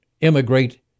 immigrate